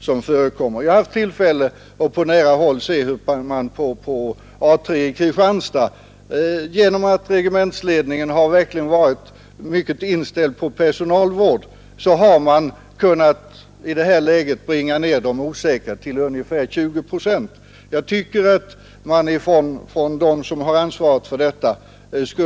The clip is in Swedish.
Jag har haft tillfälle att på nära håll iaktta hur man på ett regemente, A 3 i Kristianstad, kunnat bringa ned de ”osäkra” till ungefär 20 procent tack vare att regementsledningen verkligen varit inställd på personalvård.